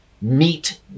Meet